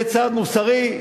זה צעד מוסרי?